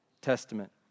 Testament